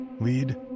Lead